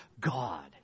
God